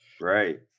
right